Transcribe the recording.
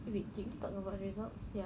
wait did we talk about results ya